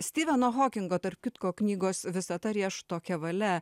stiveno hokingo tarp kitko knygos visata riešuto kevale